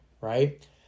right